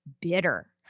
bitter